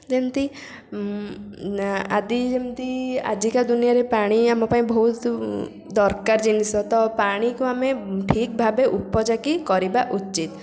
ଯେମିତି ଆଦି ଯେମିତି ଆଜିକା ଦୁନିଆରେ ପାଣି ଆମ ପାଇଁ ବହୁତ ଦରକାର ଜିନିଷ ତ ପାଣିକୁ ଆମେ ଠିକ୍ ଭାବେ ଉପଯୋଗୀ କରିବା ଉଚିତ୍